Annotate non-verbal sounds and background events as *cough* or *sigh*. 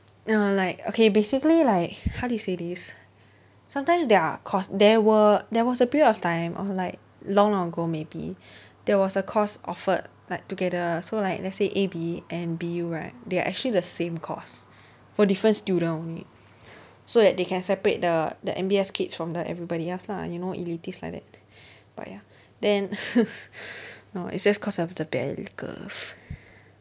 uh like okay basically like how do you say this sometimes there are course there were there was a period of time or like long ago maybe *breath* there was a course offered like together so like let's say A_B and B_U right they are actually the same course for different student only so that they can separate the the N_B_S kids from the everybody else lah you know elitist like that *breath* but ya then *laughs* no it's just cause of the bell curve